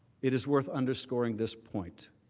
it is worth underscoring this point.